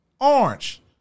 Orange